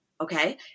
okay